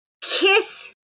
kiss